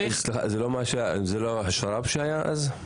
זה לא השר"פ שהיה אז?